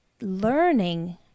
learning